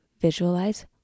visualize